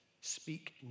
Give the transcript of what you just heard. speak